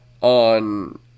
on